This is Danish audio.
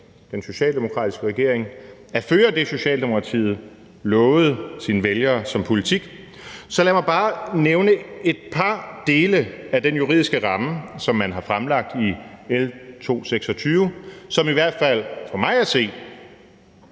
den socialdemokratiske regering at føre den politik, Socialdemokratiet lovede sine vælgere at føre, så lad mig bare her nævne et par dele af den juridiske ramme, som man har fremlagt i L 226, og som i hvert fald for mig at se